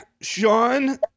Sean